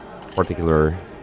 particular